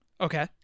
Okay